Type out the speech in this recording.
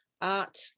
art